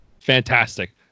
Fantastic